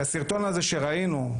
הסרטון שראינו,